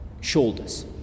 shoulders